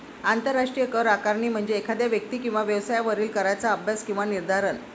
आंतरराष्ट्रीय कर आकारणी म्हणजे एखाद्या व्यक्ती किंवा व्यवसायावरील कराचा अभ्यास किंवा निर्धारण